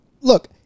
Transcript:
look